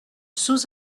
sous